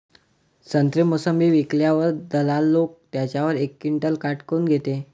संत्रे, मोसंबी विकल्यावर दलाल लोकं त्याच्यावर एक क्विंटल काट काऊन घेते?